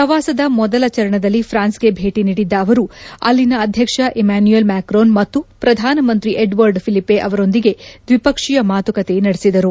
ಶ್ರವಾಸದ ಮೊದಲ ಚರಣದಲ್ಲಿ ಪ್ರಾನ್ಗೆಗೆ ಭೇಟಿ ನೀಡಿದ್ದ ಅವರು ಅಲ್ಲಿನ ಅದ್ಯಕ್ಷ ಇಮಾನುಲ್ ಮ್ಯಾಕ್ರೊನ್ ಮತ್ತು ಪ್ರಧಾನಮಂತ್ರಿ ಎಡ್ಡರ್ಡ್ ಫಿಲಿಸೆ ಅವರೊಂದಿಗೆ ದ್ವಿಪಕ್ಷೀಯ ಮಾತುಕತೆ ನಡೆಸಿದರು